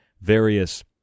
various